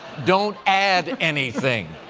don't add anything.